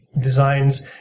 designs